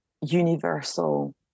universal